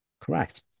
Correct